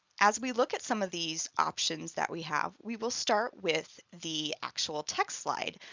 as we look at some of these options that we have, we will start with the actual text slide.